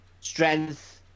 strength